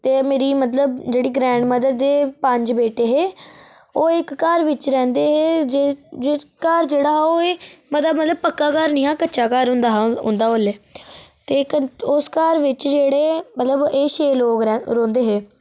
ते मेरी मतलब जेह्ड़ी ग्रैंड मदर दे पंज बेटे हे ओह् इक्क घर बिच्च रैहंदे हे जिस घर जेह्ड़ा होऐ मजा मतलब पक्का घर नी हा कच्चा हुंदा हा उंदा ओल्ले घर बिच जेह्ड़े मतलब एह् छह लोग रौहंदे हे